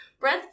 Breath